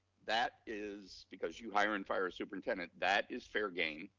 that is because you hire and fire a superintendent that is fair game.